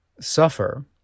suffer